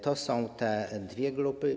To są te dwie grupy.